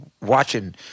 watching